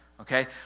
okay